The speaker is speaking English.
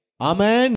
Amen